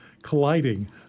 colliding